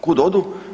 Kud odu?